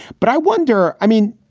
but i wonder i mean,